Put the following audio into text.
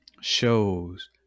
shows